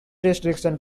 restrictions